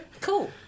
Cool